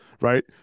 Right